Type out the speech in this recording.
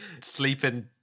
sleeping